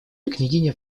княгиня